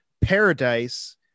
Paradise